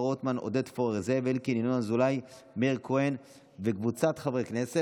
רע"מ אף היא נדחתה ברוב קולות ולא התקבלה.